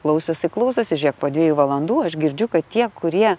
klausosi klausosi žiūrėk po dviejų valandų aš girdžiu kad tie kurie